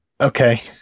Okay